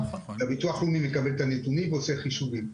הביטוח הלאומי מקבל את הנתונים ועושה חישובים.